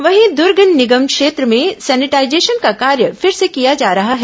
वहीं दर्ग निगम क्षेत्र में सेनिटाईजेशन का कार्य फिर से किया जा रहा है